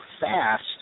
fast